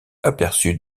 aperçus